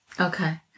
Okay